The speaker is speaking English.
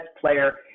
player